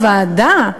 הוועדה,